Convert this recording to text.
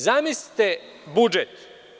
Zamislite budžet.